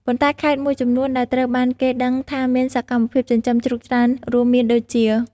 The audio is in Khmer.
ប៉ុន្តែខេត្តមួយចំនួនដែលត្រូវបានគេដឹងថាមានសកម្មភាពចិញ្ចឹមជ្រូកច្រើនរួមមានដូចជា។